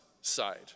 side